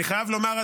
אני חייב לומר,